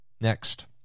next